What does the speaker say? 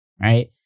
right